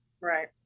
Right